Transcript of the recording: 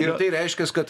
ir tai reiškias kad